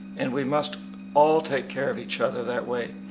and we must all take care of each other that way.